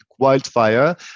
wildfire